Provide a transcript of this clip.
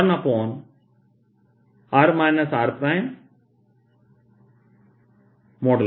r r